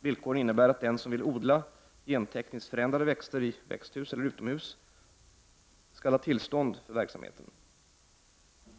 Villkoren innebär att den som vill odla gentekniskt förändrade växter i växthus eller utomhus skall ha tillstånd för verksamheten.